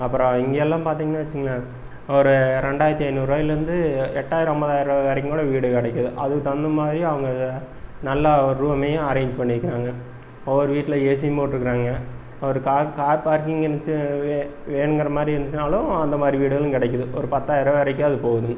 அப்புறம் இங்கே எல்லாம் பார்த்தீங்கன்னு வச்சுங்களேன் ஒரு ரெண்டாயிரத்து ஐந்நூறுவாயிலேருந்து எட்டாயிரம் ஐம்பதாயிரரூவாய் வரைக்கும் கூட வீடு கிடைக்குது அதுக்கு தகுந்த மாதிரி அவங்க அதை நல்லா ஒரு ரூமையும் அரேஞ்ச் பண்ணிக்கிறாங்க ஒவ்வொரு வீட்டில ஏசியும் போட்டுருக்காங்க ஒரு கார் கார் பார்க்கிங் இருந்துச்சு வே வேணுங்குற மாரி இருந்துச்சுன்னாலும் அந்த மாதிரி வீடுகளும் கிடைக்குது ஒரு பத்தாயிரரூவா வரைக்கும் அது போவுதுங்க